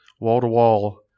wall-to-wall